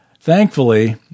thankfully